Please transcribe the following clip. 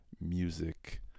music